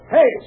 Hey